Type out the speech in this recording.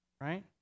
right